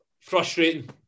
frustrating